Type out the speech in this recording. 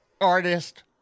artist